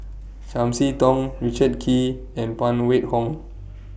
Chiam See Tong Richard Kee and Phan Wait Hong